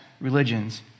religions